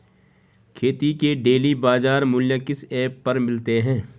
खेती के डेली बाज़ार मूल्य किस ऐप पर मिलते हैं?